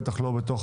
בטח לא בתוך